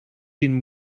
den